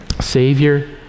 savior